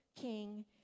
king